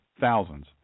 thousands